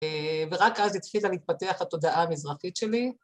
‫ורק אז התחילה להתפתח ‫התודעה המזרחית שלי.